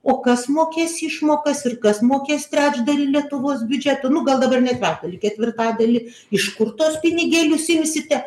o kas mokės išmokas ir kas mokės trečdalį lietuvos biudžeto nu gal dabar ne trečdalį ketvirtadalį iš kur tuos pinigėlius imsite